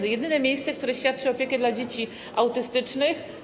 A to jedyne miejsce, które świadczy opiekę dla dzieci autystycznych.